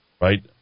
right